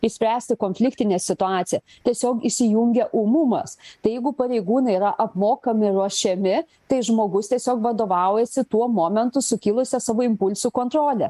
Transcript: išspręsti konfliktinę situaciją tiesiog išsijungia ūmumas tai jeigu pareigūnai yra apmokami ruošiami tai žmogus tiesiog vadovaujasi tuo momentu sukilusia savo impulsų kontrole